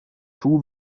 two